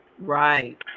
Right